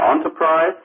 Enterprise